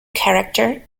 character